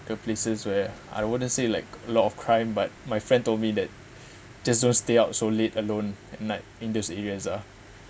the places where I wouldn't say like lot of crime but my friend told me that just don't stay up so late alone at night in those areas ah